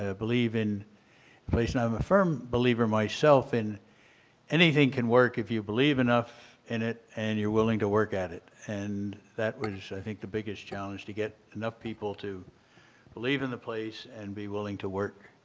ah believe in the place. and i'm a firm believer myself in anything can work if you believe enough in it and you are willing to work at it. and that was i think the biggest challenge to get enough people to believe in the place and be willing to work.